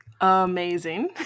Amazing